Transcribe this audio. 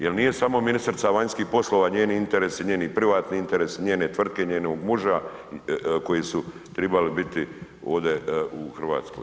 Jer nije samo ministrica vanjskih poslova, njeni interesi i njeni privatni interesi i njene tvrtke i njenog muža koji su trebali biti ovdje u Hrvatskoj.